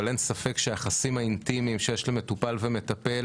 אבל אין ספק שהיחסים האינטימיים שיש למטופל ומטפל